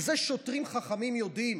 ואת זה שוטרים חכמים יודעים,